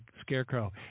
scarecrow